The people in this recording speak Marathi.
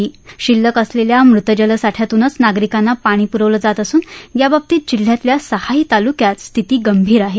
यातील शिल्लक असलेल्या मृत जलसाठ्यातूनच नागरिकांना पाणी पुरवलं जात असून याबाबतीत जिल्ह्यातील सहाही तालुक्यातला पाणीसाठा स्थिती गंभीर आहे